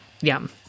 yum